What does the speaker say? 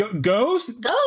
Ghost